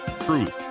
truth